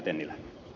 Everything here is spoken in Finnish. tennilä